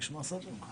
קודם את